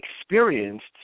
experienced